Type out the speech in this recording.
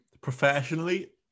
professionally